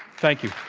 thank you,